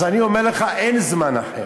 אז אני אומר לך, אין זמן אחר.